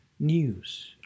News